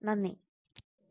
നന്ദി